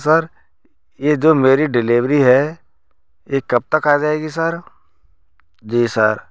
sir ये जो मेरी डिलेवरी है ये कब तक आ जाएगी सर जी सर